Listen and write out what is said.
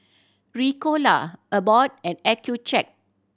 Ricola Abbott and Accucheck